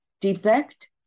defect